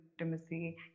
intimacy